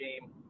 game